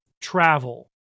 travel